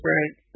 Right